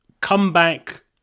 comeback